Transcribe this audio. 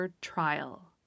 trial